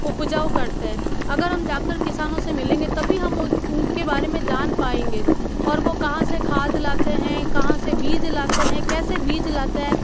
उपजाऊ करते हैं अगर हम जाकर किसानों से मिलेंगे तभी हम उनके बारे में जान पाएंगे और वो कहाँ से खाद लाते हैं कहाँ से बीज लाते हैं कैसे बीज लाते हैं